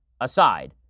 aside